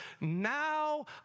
now